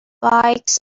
bikes